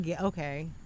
Okay